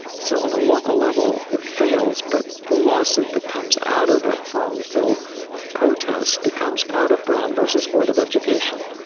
so on a local level it fails, but the lawsuit that comes out of that farmville protest becomes part of brown versus board of education,